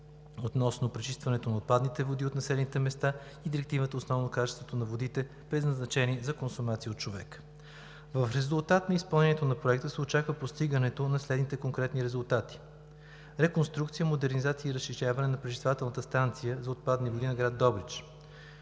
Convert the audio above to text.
относно пречистването на отпадните води от населените места и Директивата относно качеството на водите, предназначени за консумация от човека. В резултат на изпълнението на Проекта се очаква постигането на следните конкретни резултати: реконструкция, модернизация и разширяване на пречиствателната станция за отпадни води на град Добрич;